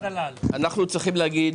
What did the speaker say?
אנחנו צריכים להגיד